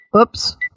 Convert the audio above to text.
oops